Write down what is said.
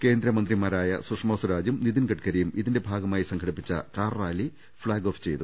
കേന്ദ്രമന്ത്രിമാരായ സുഷമ സ്വരാജും നിതിൻ ഗഡ്കരിയും ഇതിന്റെ ഭാഗമായി സംഘടിപ്പിച്ച കാർ റാലി ഫ്ളാഗ് ഓഫ് ചെയ്തു